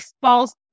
false